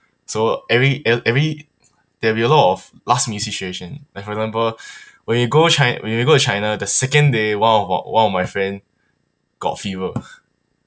so every ev~ every there will be a lot of last minute situation like for example when we go chi~ when we go to china the second day one of our one of my friend got fever